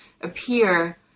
appear